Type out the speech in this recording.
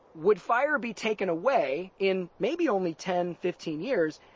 would fire be taken away, in maybe only ten, fifteen years,